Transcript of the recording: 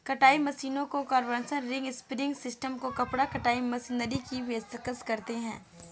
कताई मशीनों को कॉम्बर्स, रिंग स्पिनिंग सिस्टम को कपड़ा कताई मशीनरी की पेशकश करते हैं